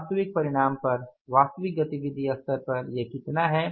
वास्तविक परिणाम पर वास्तविक गतिविधि स्तर पर यह कितना है